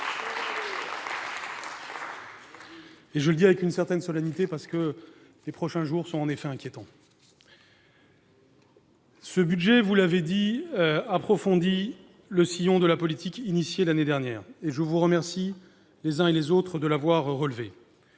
vous le dis avec une certaine solennité, parce que les prochains jours sont inquiétants. Ce budget approfondit le sillon de la politique lancer l'année dernière. Je remercie les uns et les autres de l'avoir relevé.